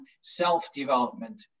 self-development